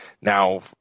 Now